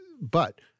But-